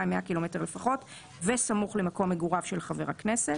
100 ק"מ לפחות וסמוך למקום מגוריו של חבר הכנסת.